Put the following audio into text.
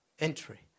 entry